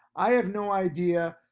i have no idea.